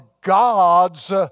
God's